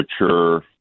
mature